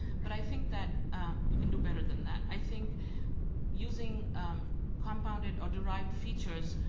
but i think that we can do better than that. i think using compounded or derived features,